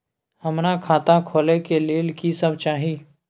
हमरा खाता खोले के लेल की सब चाही?